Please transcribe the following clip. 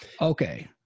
Okay